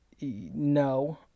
no